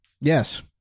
Yes